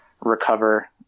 recover